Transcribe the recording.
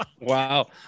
wow